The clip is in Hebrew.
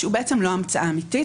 שהוא בעצם לא המצאה אמיתית.